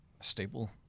stable